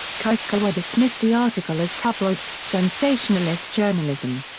kikukawa dismissed the article as tabloid, sensationalist journalism.